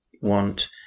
want